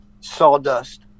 sawdust